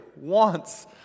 wants